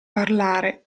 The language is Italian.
parlare